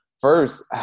first